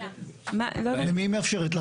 למי היא מאפשרת?